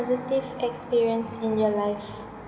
positive experience in your life